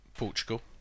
Portugal